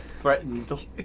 Threatened